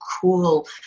cool